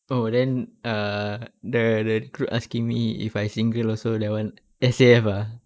oh then err the the recruit asking me if I single also that one S_A_F ah